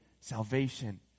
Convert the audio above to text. salvation